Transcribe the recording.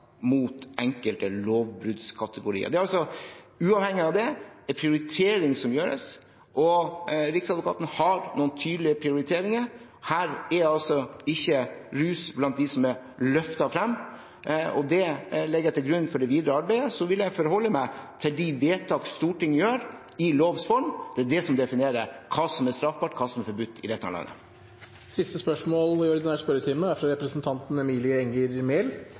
mot enkelte lovbruddskategorier. Uavhengig av det er det altså en prioritering som gjøres, og Riksadvokaten har noen tydelige prioriteringer. Her er ikke rus blant dem som er løftet frem, og det legger jeg til grunn for det videre arbeidet. Så vil jeg forholde meg til de vedtak Stortinget gjør i lovs form. Det er det som definerer hva som er straffbart, og hva som er forbudt, i dette landet.